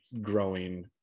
growing